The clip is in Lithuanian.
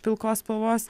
pilkos spalvos